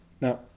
Now